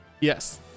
yes